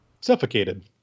suffocated